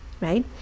Right